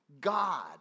God